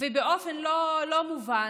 ובאופן לא מובן,